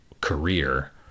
career